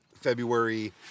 February